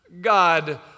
God